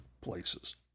places